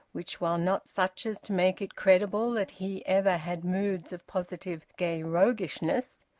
which, while not such as to make it credible that he ever had moods of positive gay roguishness,